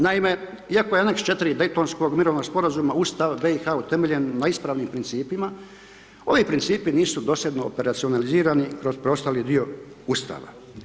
Naime, iako je Aneks 4. Dejtonskog mirovnog sporazuma Ustava BiH utemeljen na ispravnim principima, ovi principi nisu dosljedno operacionalizirani kroz preostali dio ustava.